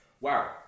wow